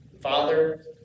father